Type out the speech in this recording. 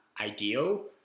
ideal